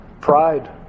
pride